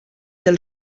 del